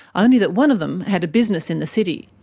only that one of them had a business in the city.